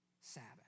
Sabbath